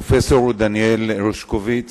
פרופסור דניאל הרשקוביץ